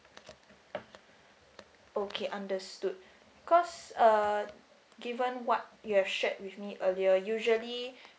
okay understood because uh given what you have shared with me earlier usually